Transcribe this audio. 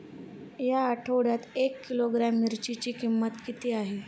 या आठवड्यात एक किलोग्रॅम मिरचीची किंमत किती आहे?